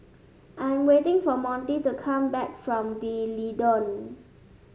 I'm waiting for Monty to come back from D'Leedon